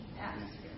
atmosphere